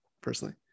personally